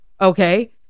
Okay